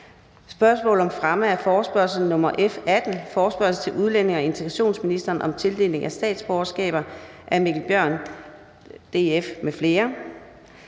Spørgsmål om fremme af forespørgsel nr. F 18: Forespørgsel til udlændinge- og integrationsministeren om tildeling af statsborgerskaber. Af Mikkel Bjørn (DF) m.fl.